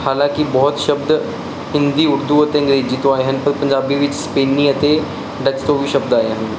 ਹਾਲਾਂਕਿ ਬਹੁਤ ਸ਼ਬਦ ਹਿੰਦੀ ਉਰਦੂ ਅਤੇ ਅੰਗਰੇਜ਼ੀ ਤੋਂ ਆਏ ਹਨ ਪਰ ਪੰਜਾਬੀ ਵਿੱਚ ਸਪੇਨੀ ਅਤੇ ਡੈਥ ਤੋਂ ਵੀ ਸ਼ਬਦ ਆਏ ਹਨ